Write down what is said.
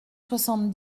soixante